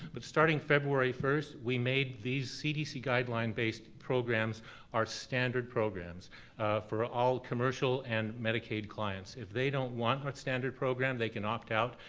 but starting february first, we made these cdc guideline-based programs our standard programs for all commercial and medicaid clients. if they don't want our standard program, they can opt out,